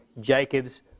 Jacob's